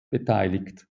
beteiligt